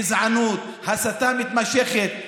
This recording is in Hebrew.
אפליה, גזענות, הסתה מתמשכת.